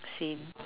same